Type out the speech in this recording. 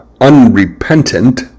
unrepentant